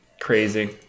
Crazy